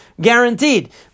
guaranteed